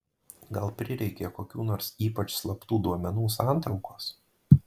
gal prireikė kokių nors ypač slaptų duomenų santraukos